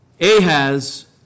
Ahaz